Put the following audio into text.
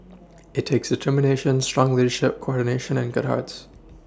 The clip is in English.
it takes determination strong leadership coordination and good hearts